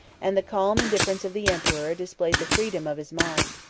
and the calm indifference of the emperor displays the freedom of his mind.